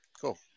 Cool